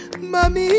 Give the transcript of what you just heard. mami